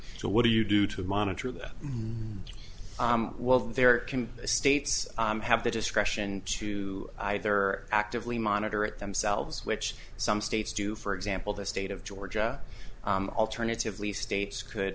so what do you do to monitor them while there can the states have the discretion to either actively monitor it themselves which some states do for example the state of georgia alternatively states could